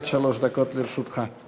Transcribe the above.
עד שלוש דקות לרשותך.